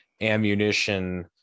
ammunition